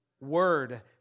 word